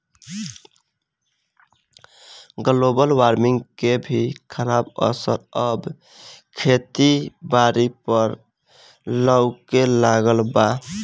global warming के भी खराब असर अब खेती बारी पर लऊके लगल बा